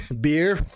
beer